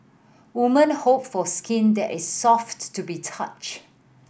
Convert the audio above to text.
woman hope for skin that is soft to the touch